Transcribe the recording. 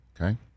okay